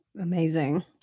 Amazing